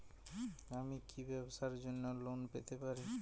আমি কি ব্যবসার জন্য লোন পেতে পারি?